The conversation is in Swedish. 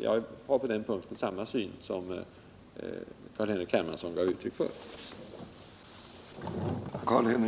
Jag har på den punkten samma syn som Carl Henrik Hermansson gav uttryck åt.